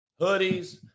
hoodies